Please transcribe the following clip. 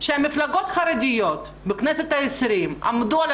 שהמפלגות החרדיות בכנסת עשרים עמדו על